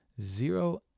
zero